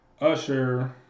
Usher